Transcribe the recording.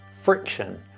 friction